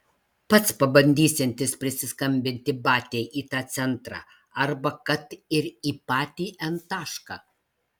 pats pabandysiantis prisiskambinti batiai į tą centrą arba kad ir į patį n tašką